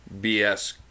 BS